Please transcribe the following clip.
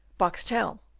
boxtel,